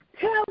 Tell